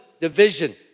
division